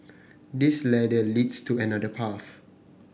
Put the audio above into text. this ladder leads to another path